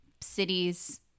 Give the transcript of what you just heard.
cities